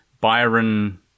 Byron